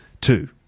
two